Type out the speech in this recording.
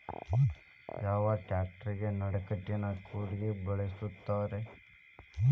ಯಾವ ಟ್ರ್ಯಾಕ್ಟರಗೆ ನಡಕಟ್ಟಿನ ಕೂರಿಗೆ ಬಳಸುತ್ತಾರೆ?